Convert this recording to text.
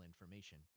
information